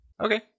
Okay